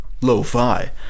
lo-fi